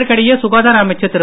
இதற்கிடையே சுகாதார அமைச்சர் திரு